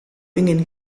ingin